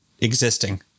existing